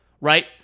right